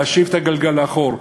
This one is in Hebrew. להשיב את הגלגל לאחור.